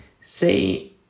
Say